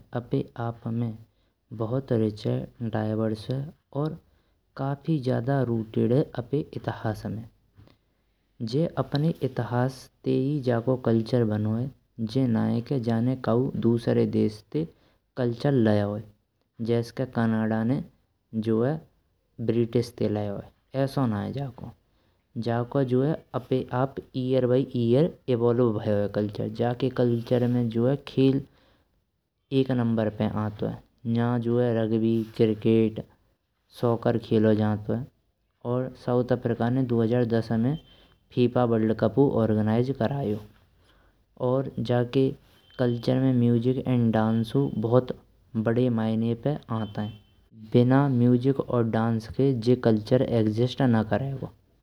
अपे आप में बहुत रिचे दिवर्सुवा और काफ़ी ज़्यादा रूटेड है। अपाये इतिहास में जे अपने इतिहास तेयि जाको कल्चर बणो है जी नईये के जामे कऊ दूसरे देश ते कल्चर लायोय। जैस्स के कनाडा ने जो है ब्रिटिश ते लायो है ऐस्सो नईये जाको जाको जो है अपाये आप ईअर बाय ईअर एवाल्व भयो है। कल्चर जाके कल्चर में खेल एक नंबर पे आनतुए न्जा जो है रग्बी क्रिकेट सॉकर खेलो जानतुए। और साउथ अफ्रीका ने दो हजार दस में फीफा वर्ल्डकपु ओर्गेनाइज करयो। और जाके कल्चर में म्यूज़िक एंड डांस बहुत बड़े मायने पे आनताये बिना म्यूज़िक और डांस के जे कल्चर एक्ज़िस्ट न करैगो।